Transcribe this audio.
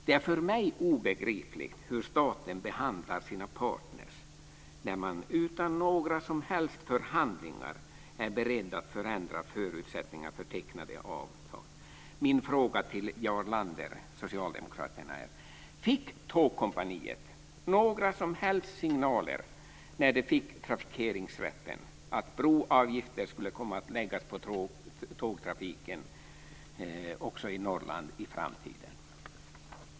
Det är för mig obegripligt hur staten behandlar sina partner när man utan några som helst förhandlingar är beredd att förändra förutsättningar för tecknade avtal. Min fråga till Jarl Lander, Socialdemokraterna, är: Fick Tågkompaniet några som helst signaler när man fick trafikeringsrätten att broavgifter skulle komma att läggas på tågtrafiken också i Norrland i framtiden?